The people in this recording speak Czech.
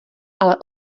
ale